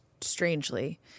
strangely